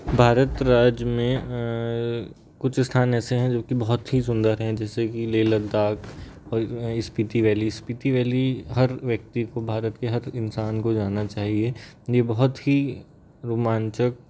भारत राज्य में कुछ स्थान ऐसे हैं जो कि बहुत ही सुंदर हैं जैसे कि लेह लद्दाख और स्पीति वैली स्पीति वैली हर व्यक्ति को भारत के हर इंसान को जाना चाहिए ये बहुत ही रोमांचक